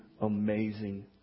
amazing